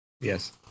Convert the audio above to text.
Yes